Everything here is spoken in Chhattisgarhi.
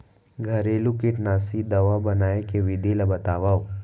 घरेलू कीटनाशी दवा बनाए के विधि ला बतावव?